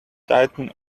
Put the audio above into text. tightening